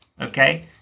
Okay